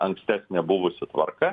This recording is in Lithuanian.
ankstesnė buvusi tvarka